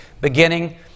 beginning